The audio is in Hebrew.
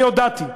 אני הודעתי,